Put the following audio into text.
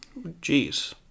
Jeez